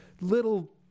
little